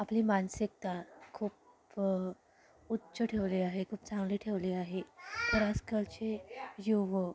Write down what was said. आपली मानसिकता खूप उच्च ठेवली आहे खूप चांगली ठेवली आहे तर आजकालचे युवक